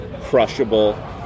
crushable